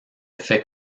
fait